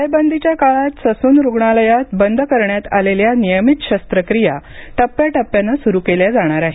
टाळेबंदीच्या काळात ससून रुग्णालयात बंद करण्यात आलेल्या नियमित शस्त्रक्रिया टप्प्याटप्याने सुरू केल्या जाणार आहेत